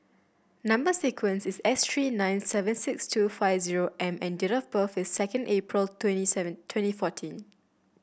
number sequence is S three nine seven six two five zero M and date of birth is second April twenty seven twenty fourteen